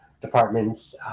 departments